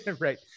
Right